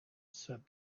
said